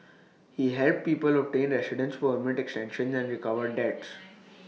he helped people obtain residence permit extensions and recovered debts